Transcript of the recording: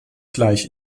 gleich